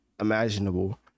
imaginable